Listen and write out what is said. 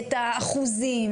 את האחוזים,